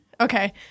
Okay